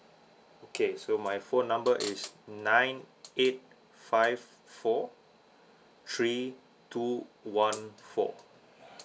okay so my phone number is nine eight five four three two one four